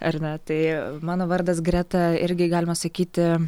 ar ne tai mano vardas greta irgi galima sakyti